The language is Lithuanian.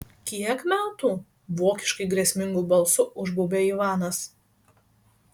kiek metų vokiškai grėsmingu balsu užbaubia ivanas